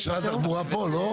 אז משרד התחבורה פה, לא?